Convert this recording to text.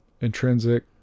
Intrinsic